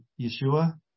Yeshua